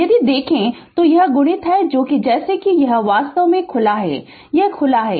यदि देखे तो यह जो कि जैसे ही यह वास्तव में खुला है यह खुला है